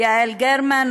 יעל גרמן,